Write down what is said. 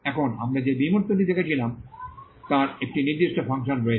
এখন আমরা যে বিমূর্তটি দেখেছিলাম তার একটি নির্দিষ্ট ফাংশন রয়েছে